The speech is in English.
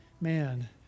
Man